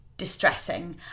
distressing